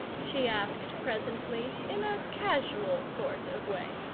she asked presently, in a casual sort of way.